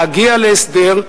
להגיע להסדר,